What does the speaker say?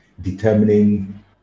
determining